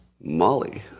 Molly